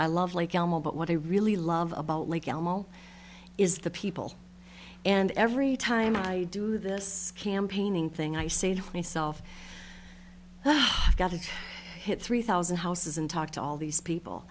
love like elmo but what i really love about like elmo is the people and every time i do this campaigning thing i say to myself i got to hit three thousand houses and talk to all these people